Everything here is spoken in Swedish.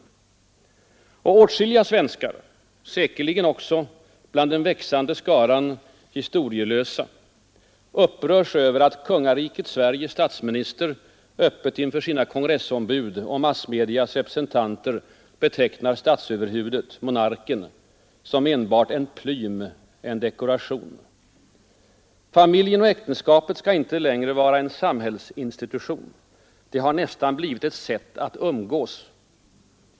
Och åtskilliga svenskar — säkerligen också bland den växande skaran historielösa — upprörs över att konungariket Sveriges statsminister öppet inför sina kongressombud och massmedias representanter betecknar statsöverhuvudet, monarken, som enbart ”en plym” och ”en dekoration”. Familjen och äktenskapet skall inte längre vara en samhällsinstitution; det har nästan blivit ett sätt att umgås.